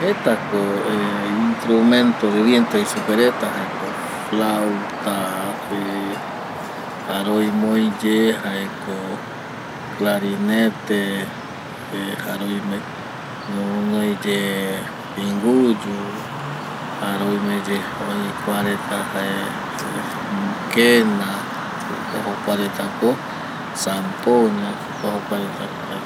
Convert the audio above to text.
Jeta ko instrumento de viento jei supe reta jaeko flauta jare oime oi ye jaeko clarinete jare oime ñoguɨnoi ye pinguyu jare oime ye oi kua reta jae kena jokua jokua reta ko, sampoña jokua jokua reta ko jae